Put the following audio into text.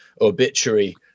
Obituary